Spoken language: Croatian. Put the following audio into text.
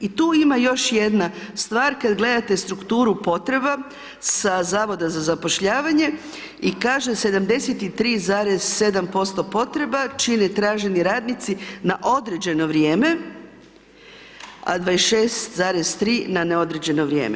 I tu ima još jedna stvar, kada gledate strukturu potreba, sa zavoda za zapošljavanje i kaže 73,7% potreba čine traženi radnici na određeno vrijeme, a 26,3 na neodređeno vrijeme.